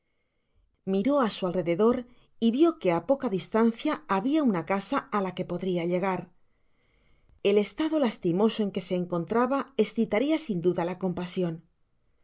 miró á su alrededor y vió que á poca distancia habia una casa á la que podria llegar el estado lastimoso en que se encontraba eseitaria sin dudala compasion